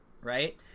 right